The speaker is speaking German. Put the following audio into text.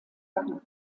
gang